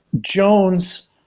jones